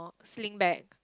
sling bag